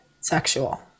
sexual